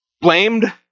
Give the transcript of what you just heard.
blamed